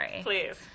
Please